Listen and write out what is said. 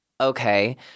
okay